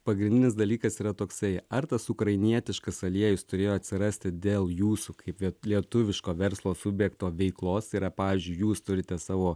pagrindinis dalykas yra toksai ar tas ukrainietiškas aliejus turėjo atsirasti dėl jūsų kaip kad lietuviško verslo subjekto veiklos tai yra pavyzdžiui jūs turite savo